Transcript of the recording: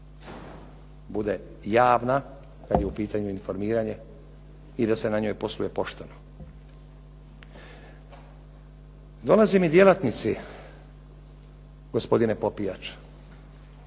bude javna kad je u pitanju informiranje i da se na njoj posluje pošteno. Dolaze mi djelatnici gospodine Popijač,